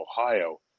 ohio